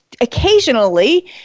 occasionally